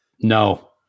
No